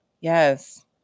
Yes